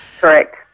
Correct